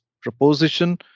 proposition